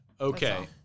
Okay